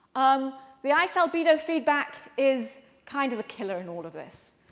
um the ice albedo feedback is kind of a killer in all of this.